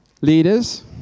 Leaders